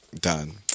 Done